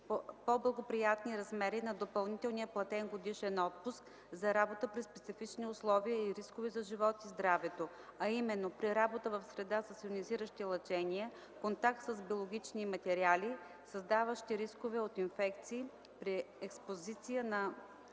по-благоприятни размери на допълнителния платен годишен отпуск за работа при специфични условия и рискове за живота и здравето, а именно при работа в среда с йонизиращи лъчения, контакт с биологични материали, създаващи рискове от инфекции, при експозиция на